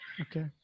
Okay